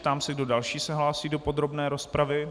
Ptám se, kdo další se hlásí do podrobné rozpravy.